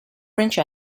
french